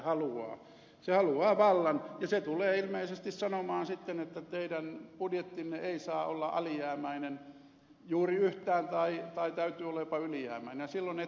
se haluaa vallan ja se tulee ilmeisesti sanomaan sitten että teidän budjettinne ei saa olla alijäämäinen juuri yhtään tai sen täytyy olla jopa ylijäämäinen